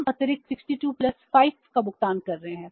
हम अतिरिक्त 62 प्लस 5 का भुगतान कर रहे हैं